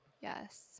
yes